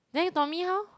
then Tommy how